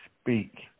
speak